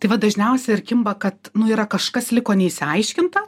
tai va dažniausiai ir kimba kad nu yra kažkas liko neišsiaiškinta